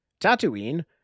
tatooine